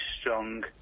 strong